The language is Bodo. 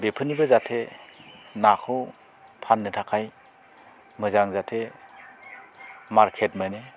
बेफोरनिबो जाहाथे नाखौ फाननो थाखाय मोजां जाहाथे मारकेट मोनो